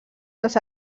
dels